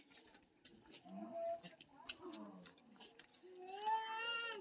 online banking के माध्यम सं चेक के स्थिति के बारे मे पता कैल जा सकै छै